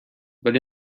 but